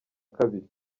kabiri